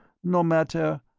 no matter.